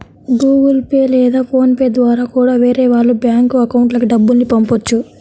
Google Pay లేదా PhonePe ద్వారా కూడా వేరే వాళ్ళ బ్యేంకు అకౌంట్లకి డబ్బుల్ని పంపొచ్చు